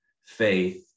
faith